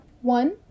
one